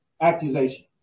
accusation